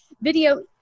video